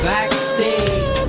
Backstage